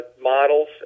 models